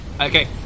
Okay